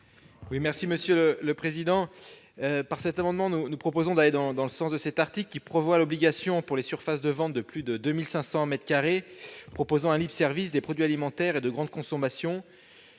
Guillaume Gontard. Par cet amendement, nous proposons d'aller dans le sens de l'article 9, qui prévoit l'obligation pour les surfaces de vente de plus de 2 500 mètres carrés proposant en libre-service des produits alimentaires et de grande consommation